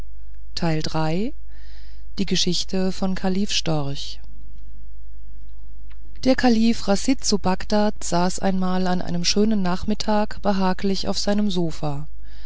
die geschichte von kalif storch der kalif chasid zu bagdad saß einmal an einem schönen nachmittag behaglich auf seinem sofa